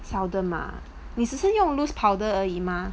seldom ah 你只是用 loose powder 而已吗